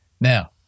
Now